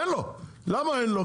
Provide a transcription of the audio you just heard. אין לו, למה אין לו?